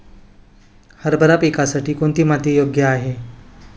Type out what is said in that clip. हरभरा पिकासाठी कोणती माती योग्य आहे?